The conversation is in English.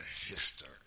history